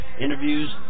interviews